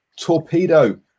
Torpedo